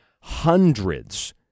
hundreds